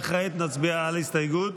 וכעת נצביע על הסתייגות,